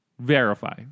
verify